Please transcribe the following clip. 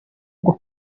bwo